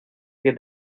que